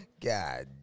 God